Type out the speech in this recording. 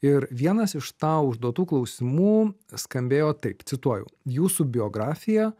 ir vienas iš tau užduotų klausimų skambėjo taip cituoju jūsų biografija